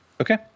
Okay